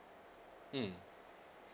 mm